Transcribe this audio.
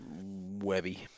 Webby